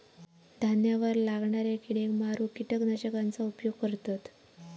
धान्यावर लागणाऱ्या किडेक मारूक किटकनाशकांचा उपयोग करतत